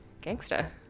gangster